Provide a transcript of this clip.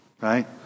right